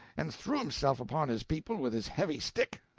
and threw himself upon his people with his heavy stick,